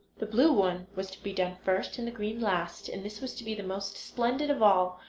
the blue one was to be done first and the green last, and this was to be the most splendid of all,